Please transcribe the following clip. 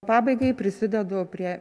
pabaigai prisidedu prie